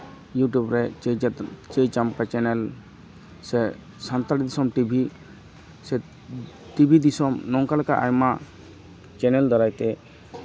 YouTube ᱨᱮ Chai Champa channel ᱥᱮ ᱥᱟᱱᱛᱟᱲ ᱫᱤᱥᱚᱢ ᱴᱤᱵᱷᱤ ᱥᱮ ᱴᱤᱵᱷᱤ ᱫᱤᱥᱚᱢ ᱱᱚᱝᱠᱟ ᱞᱮᱠᱟ ᱟᱭᱢᱟ ᱪᱮᱱᱮᱞ ᱫᱟᱨᱟᱭᱛᱮ